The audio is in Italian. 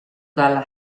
dalla